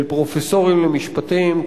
של פרופסורים למשפטים,